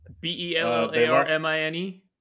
B-E-L-L-A-R-M-I-N-E